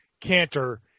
canter